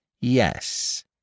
Yes